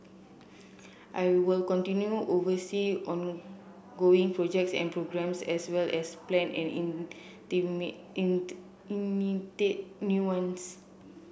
I will continue oversee ongoing projects and programmes as well as plan and new ones